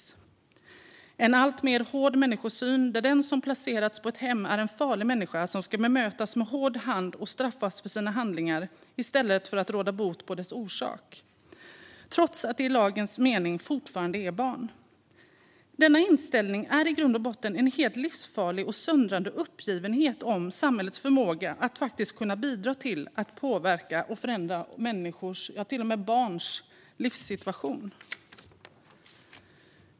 Det är en alltmer hård människosyn där den som placerats på ett hem är en farlig människa som ska bemötas med hård hand och straffas för sina handlingar, i stället för att man råder bot på deras orsak. Det gäller trots att de i lagens mening fortfarande är barn. Denna inställning är i grund och botten en helt livsfarlig och söndrande uppgivenhet om samhällets förmåga att faktiskt kunna bidra till att påverka och förändra människors - ja, till och med barns - livssituation.